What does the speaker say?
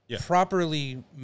Properly